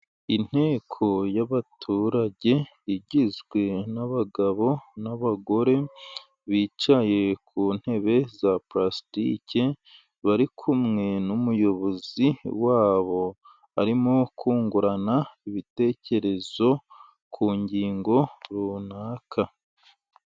Inteko y'abaturage igizwe n'abagabo n'abagore, bicaye ku ntebe za pulasitike bari kumwe n'umuyobozi wabo, arimo kungurana ibitekerezo ku ngingo runaka.